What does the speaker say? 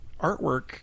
artwork